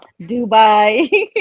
Dubai